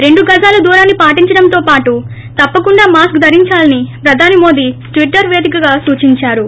రెండు గజాల దూరాన్ని పాటించడంతో పాటు తప్పకుండా మాస్క్ ధరించాలని ప్రధాని మోదీ ట్విటర్ పేదికగా సూచించారు